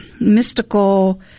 mystical